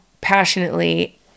passionately